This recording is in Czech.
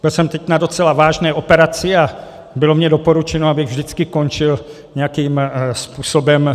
Byl jsem teď na docela vážné operaci a bylo mi doporučeno, abych vždycky končil nějakým způsobem...